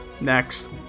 Next